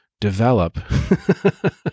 develop